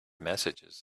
messages